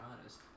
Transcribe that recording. honest